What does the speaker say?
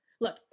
look